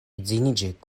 edziniĝi